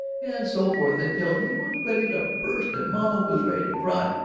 and so forth until he was ready to burst and mama was ready to cry,